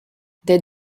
des